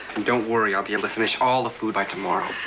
don't worry, i'll be able to finish all the food by tomorrow.